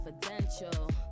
confidential